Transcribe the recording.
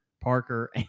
Parker